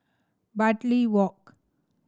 Bartley Walk